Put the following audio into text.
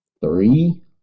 Three